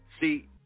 See